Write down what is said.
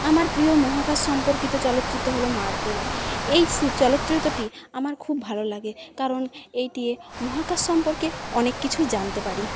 আমার প্রিয় মহাকাশ সম্পর্কিত চলচ্চিত্র হল মার্টিন এই চলচ্চিত্রটি আমার খুব ভালো লাগে কারণ এইটিতে মহাকাশ সম্পর্কে অনেক কিছুই জানতে পারি